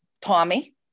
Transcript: Tommy